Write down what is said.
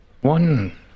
One